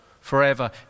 forever